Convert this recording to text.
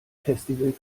festival